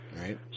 Right